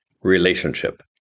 relationship